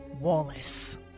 wallace